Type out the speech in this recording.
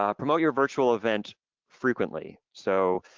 um promote your virtual event frequently. so